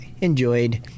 enjoyed